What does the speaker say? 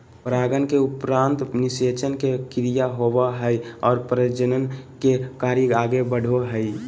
परागन के उपरान्त निषेचन के क्रिया होवो हइ और प्रजनन के कार्य आगे बढ़ो हइ